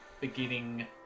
beginning